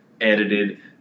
edited